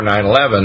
9-11